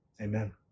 Amen